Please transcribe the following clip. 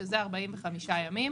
שזה 45 ימים.